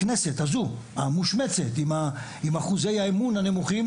הכנסת הזו המושמצת עם אחוזי האמון הנמוכים,